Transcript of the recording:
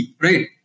Right